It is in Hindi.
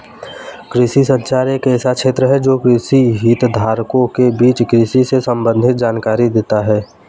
कृषि संचार एक ऐसा क्षेत्र है जो कृषि हितधारकों के बीच कृषि से संबंधित जानकारी देता है